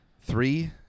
three